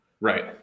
Right